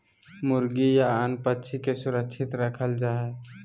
मुर्गी या अन्य पक्षि के सुरक्षित रखल जा हइ